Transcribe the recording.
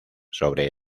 sobre